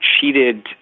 cheated